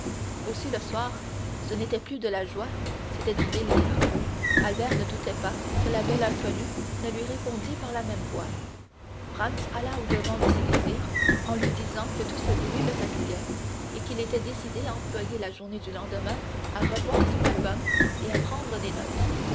aussi le soir ce n'était plus de la joie c'était du délire albert ne doutait pas que la belle inconnue ne lui répondit par la même voie franz alla au-devant de ses désirs en lui disant que tout ce bruit le fatiguait et qu'il était décidé à employer la journée du lendemain à revoir son album et à prendre des notes